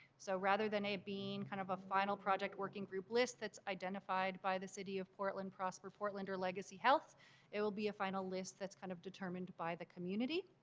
so rather than it being kind of a final project working group list that's identified by the city of portland prosper portland or legacy health it will be a final list that's kind of determined by the community.